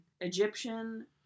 egyptian